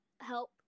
help